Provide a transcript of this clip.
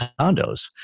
condos